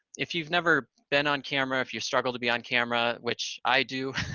if you've never been on camera, if you struggle to be on camera, which i do,